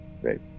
Great